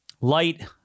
Light